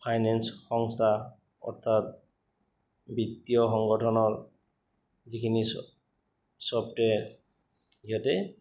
finance সংস্থা অৰ্থাৎ বিত্তীয় সংগঠন যিখিনি ছফ্টৱেৰ সিহঁতে